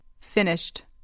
Finished